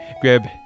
grab